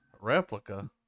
Replica